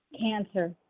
Cancer